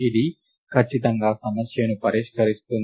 ఇది ఖచ్చితంగా సమస్యను పరిష్కరిస్తుంది